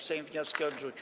Sejm wnioski odrzucił.